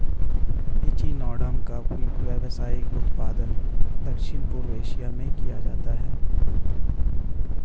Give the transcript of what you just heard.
echinoderm का व्यावसायिक उत्पादन दक्षिण पूर्व एशिया में किया जाता है